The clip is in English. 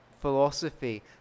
philosophy